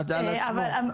בסדר גמור.